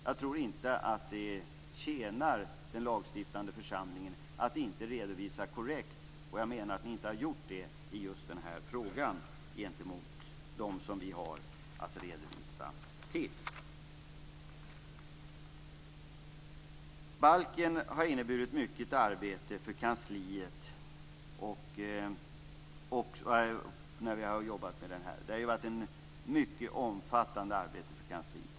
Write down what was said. Jag tror inte att det tjänar den lagstiftande församlingen att inte redovisa korrekt, och jag menar att ni inte har gjort det i just den här frågan gentemot dem som vi har att redovisa för. Balken har inneburit mycket arbete för kansliet. Det har varit ett mycket omfattande arbete för kansliet.